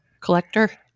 Collector